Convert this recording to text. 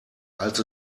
als